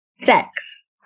Sex